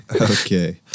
Okay